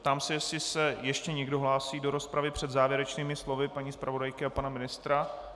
Ptám se, jestli se ještě někdo hlásí do rozpravy před závěrečnými slovy paní zpravodajky a pana ministra.